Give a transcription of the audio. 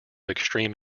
extreme